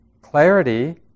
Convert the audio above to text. clarity